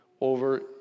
over